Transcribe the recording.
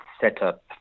setup